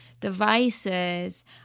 devices